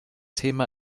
thema